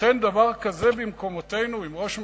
הייתכן דבר כזה במקומותינו עם ראש ממשלה?